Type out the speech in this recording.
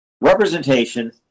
representation